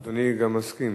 ואדוני גם מסכים.